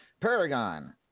Paragon